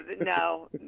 no